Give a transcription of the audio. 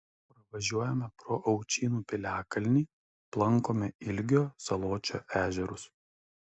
pravažiuojame pro aučynų piliakalnį aplankome ilgio saločio ežerus